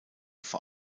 vor